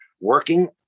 working